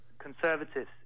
Conservatives